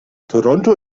toronto